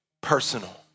personal